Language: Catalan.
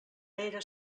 era